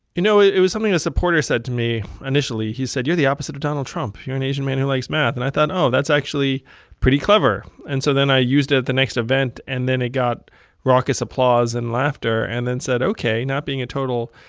you know, it was something a supporter said to me initially. he said, you're the opposite of donald trump. you're an asian man who likes math. and i thought, oh, that's actually pretty clever. and so then i used it at the next event, and then it got raucous applause and laughter and then said, ok, not being a total